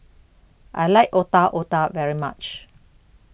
I like Otak Otak very much